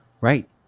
right